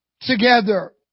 together